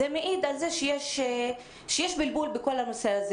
זה מעיד על זה שיש בלבול בכל הנושא הזה